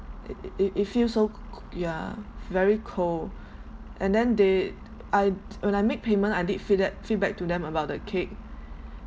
it it it it feels so co~ co~ yeah very cold and then they I when I made payment I did feedback feedback to them about the cake